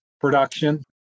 production